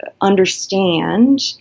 understand